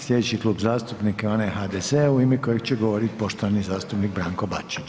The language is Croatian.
Slijedeći klub zastupnika je onaj HDZ-a u ime kojeg će govoriti poštovani zastupnik Branko Bačić.